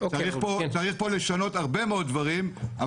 צריך לשנות פה הרבה מאוד דברים,